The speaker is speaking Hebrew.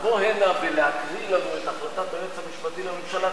לבוא הנה ולהקריא לנו את החלטת היועץ המשפטי לממשלה,